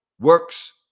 Works